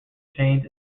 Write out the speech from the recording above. chains